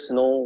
no